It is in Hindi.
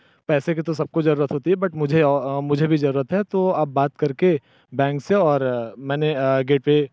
पैसे की तो सब को ज़रूरत होती है बट मुझे मुझे भी ज़रूरत है तो आप बात कर के बैंक से और मैंने गेटवे